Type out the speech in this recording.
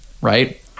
Right